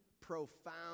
profound